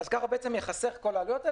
אז ככה ייחסכו כל העלויות.